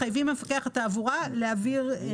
מחייבים את המפקח על התעבורה להעביר לה